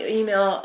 email